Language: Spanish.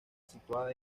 situada